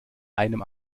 einem